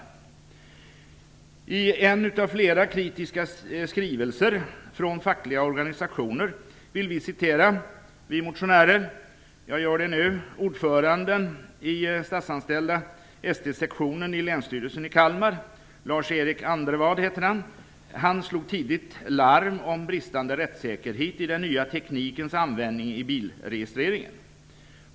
Vi motionärer hänvisar till en av flera kritiska skrivelser från fackliga organisationer. Ordföranden i ST-sektionen i Länsstyrelsen i Kalmar län slog tidigt larm om bristande rättssäkerhet i användningen av den nya tekniken i bilregistreringen.